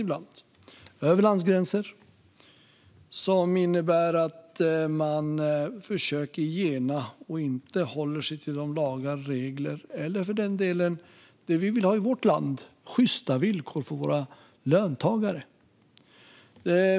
Den går över landsgränser, och den innebär att man försöker gena och inte håller sig till lagar, regler och sjysta villkor för våra löntagare - det vi vill ha i vårt land. Fru talman!